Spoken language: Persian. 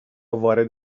وارد